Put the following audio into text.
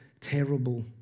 terrible